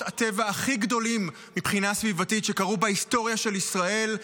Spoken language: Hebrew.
הטבע הכי גדולים מבחינה סביבתית שקרו בהיסטוריה של ישראל,